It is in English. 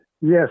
Yes